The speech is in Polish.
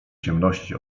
ciemności